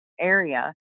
area